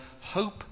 hope